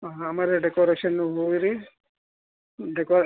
ಹಾಂ ಆಮೇಲೆ ಡೆಕೋರೇಷನ್ ಹೂವು ರೀ ಡೆಕೊ